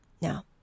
Now